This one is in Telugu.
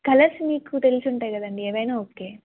కలర్స్ మీకు తెలుసు ఉంటాయి కదండీ ఏవైనా ఓకే